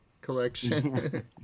collection